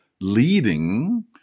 leading